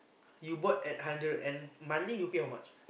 you bought at hundred and monthly you pay how much